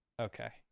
Okay